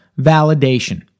validation